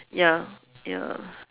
ya ya